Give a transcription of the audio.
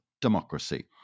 democracy